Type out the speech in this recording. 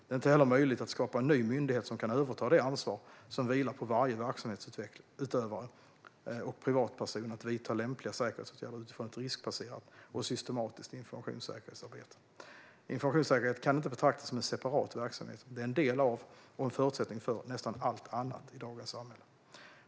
Det är inte heller möjligt att skapa en ny myndighet som kan överta det ansvar som vilar på varje verksamhetsutövare och privatperson att vidta lämpliga säkerhetsåtgärder utifrån ett riskbaserat och systematiskt informationssäkerhetsarbete. Informationssäkerhet kan inte betraktas som en separat verksamhet; det är en del av - och en förutsättning för - nästan allt annat i dagens samhälle.